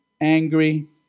angry